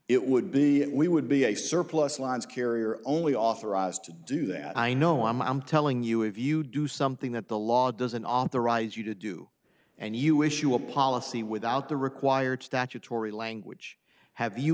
it would be we would be a surplus lines carrier only authorized to do that i know i'm i'm telling you if you do something that the law doesn't authorize you to do and you issue a policy without the required statutory language have you